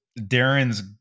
Darren's